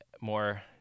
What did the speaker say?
more